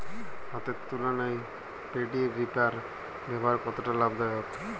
হাতের তুলনায় paddy reaper ব্যবহার কতটা লাভদায়ক?